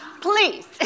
Please